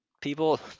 People